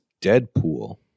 Deadpool